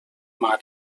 mar